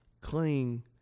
cling